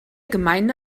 gemeinde